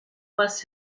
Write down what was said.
must